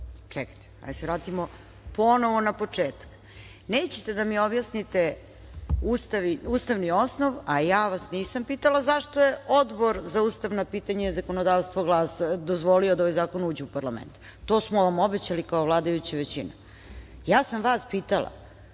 Čekajte. Hajde da se vratimo ponovo na početak. Nećete da mi objasnite ustavni osnov, a ja vas nisam pitala zašto je Odbor za ustavna pitanja i zakonodavstvo dozvolio da ovaj zakon uđe u parlament. To smo vam obećali kao vladajuća većina. Ja sam vas pitala